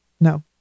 No